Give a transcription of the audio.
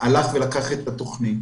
לקח את התכנית